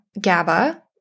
GABA